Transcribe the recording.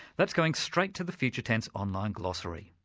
that's going straight to the future tense online glossary